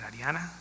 Ariana